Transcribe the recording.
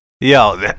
Yo